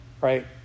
right